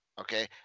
okay